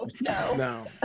No